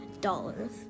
dollars